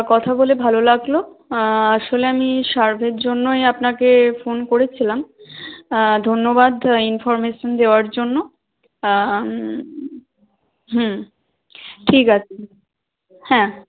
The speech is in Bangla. কথা বলে ভালো লাগলো আসলে আমি সার্ভের জন্যই আপনাকে ফোন করেছিলাম ধন্যবাদ ইনফর্মেশন দেওয়ার জন্য হুম ঠিক আছে হ্যাঁ